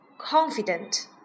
confident